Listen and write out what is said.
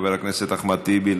חבר הכנסת אחמד טיבי,